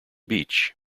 beach